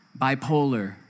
bipolar